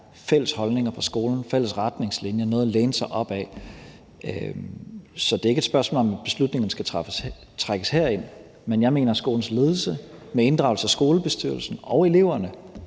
fælles holdninger og fælles retningslinjer på skolen; noget at læne sig op ad. Så det er ikke et spørgsmål om, om beslutningerne skal trækkes herind, men jeg mener, at skolens ledelse med inddragelse af skolebestyrelsen og eleverne